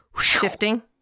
shifting